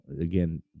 again